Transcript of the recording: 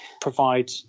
provide